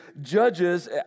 Judges